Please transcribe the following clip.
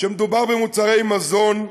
שכשמדובר במוצרי מזון,